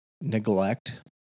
neglect